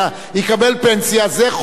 הממשלה צריכה לשלם אותו,